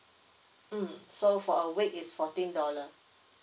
mm so for a week is fourteen dollar